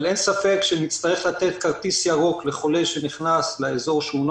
אבל אין ספק שנצטרך לתת כרטיס ירוק לחולה שנכנס לאזור שהוא